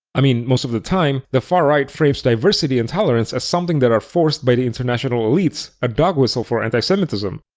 i mean, most of the time, the far-right frames diversity and tolerance as something that are forced by the international elites, a dog whistle for anti-semitism.